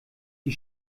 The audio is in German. die